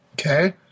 Okay